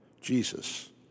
Jesus